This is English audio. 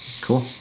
Cool